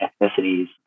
ethnicities